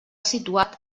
situat